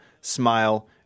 Smile